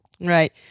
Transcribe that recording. Right